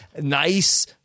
nice